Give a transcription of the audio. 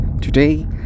Today